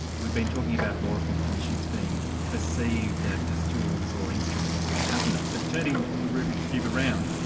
we've been talking about law reform commissions being perceived as as tools or instruments of government, but turning the rubik's cube around,